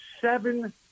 seven